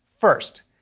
First